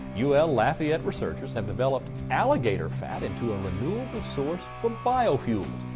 u l. lafayette researchers have developed alligator fat into a renewable source for biofuels.